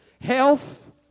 health